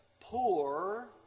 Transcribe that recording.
poor